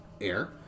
air